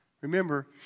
Remember